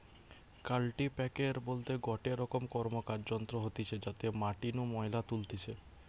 কাল্টিপ্যাকের বলতে গটে রকম র্কমকার যন্ত্র হতিছে যাতে মাটি নু ময়লা তুলতিছে